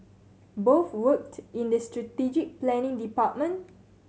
both worked in the strategic planning department